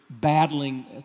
battling